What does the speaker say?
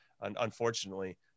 unfortunately